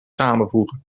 samenvoegen